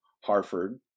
Harford